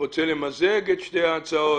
רוצה למזג את שתי ההצעות?